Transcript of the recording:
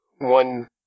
one